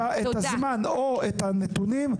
אם אין לכם כרגע את הזמן או את הנתונים,